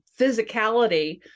physicality